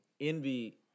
envy